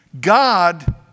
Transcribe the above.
God